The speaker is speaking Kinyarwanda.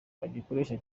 bagikoresha